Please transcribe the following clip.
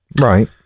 right